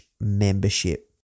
membership